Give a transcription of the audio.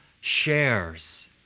shares